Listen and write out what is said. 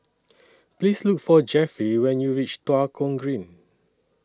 Please Look For Jeffrey when YOU REACH Tua Kong Green